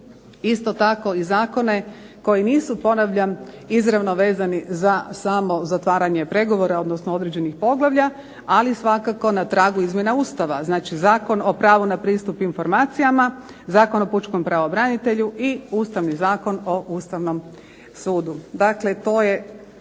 isto tako i zakone koji nisu, ponavljam, izravno vezani za samo zatvaranje pregovora, odnosno određenih poglavlja, ali svakako na tragu izmjena Ustava. Znači, Zakon o pravu na pristup informacijama, Zakon o Pučkom pravobranitelju i Ustavni zakon o Ustavnom sudu. Dakle, to je